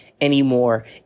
anymore